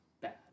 bad